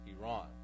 Iran